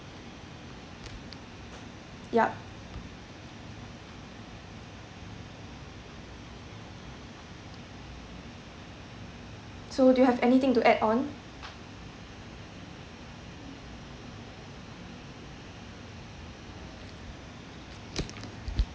yup so do you have anything to add on